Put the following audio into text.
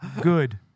good